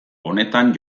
honetan